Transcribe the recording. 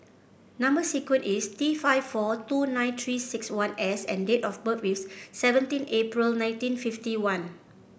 number sequence is T five four two nine Three six one S and date of birth is seventeen April nineteen fifty one